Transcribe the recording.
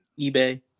eBay